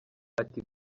ati